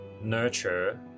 nurture